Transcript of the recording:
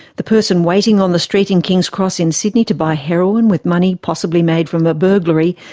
the person waiting on the street in kings cross in sydney to buy heroin with money possibly made from a burglary,